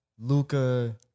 Luca